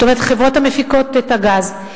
כלומר החברות המפיקות את הגז.